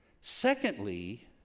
Secondly